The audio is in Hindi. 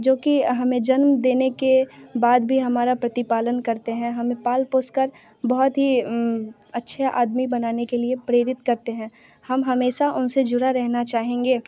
जो कि हमें जन्म देने के बाद भी हमारा प्रतिपालन करते हैं हमें पाल पोस कर बहुत ही अच्छा आदमी बनाने के लिए प्रेरित करते हैं हम हमेशा उन से जुड़े रहना चाहेंगे